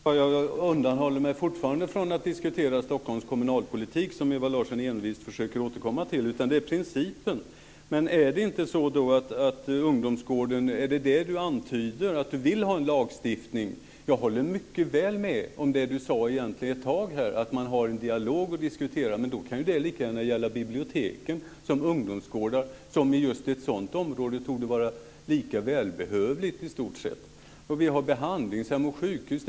Fru talman! Jag undanhåller mig fortfarande från att diskutera Stockholms kommunalpolitik, som Ewa Larsson envist försöker återkomma till. Det är principen det gäller. Antyder Ewa Larsson att en lagstiftning om ungdomsgårdar behövs? Jag kunde ett tag mycket väl hålla med om det som Ewa Larsson sade. Man bör föra en dialog och diskutera, men det kan lika gärna gälla biblioteken som ungdomsgårdar. De torde just i ett sådant område vara i stort sett lika välbehövliga. Vi har också behandlingshem och sjukhus.